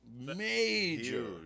major